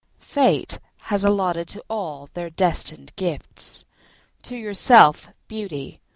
fate has allotted to all their destined gifts to yourself beauty,